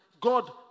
God